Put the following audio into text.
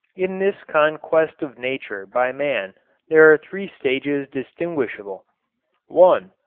in this conquest of nature by man there are three stages distinguishable one.